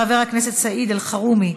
חבר הכנסת סעיד אלחרומי,